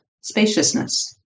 spaciousness